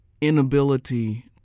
inability